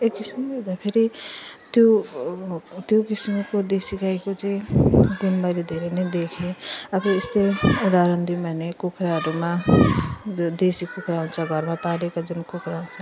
एक किसिमले हेर्दाखेरि त्यो त्यो किसिमको देसी गाईको चाहिँ गुण मैले धेरै नै देखेँ अब यस्तो उदाहरण दियौँ भने कुखुराहरूमा देसी कुखुरा हुन्छ घरमा पालेको जुन कुखुरा हुन्छ